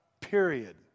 Period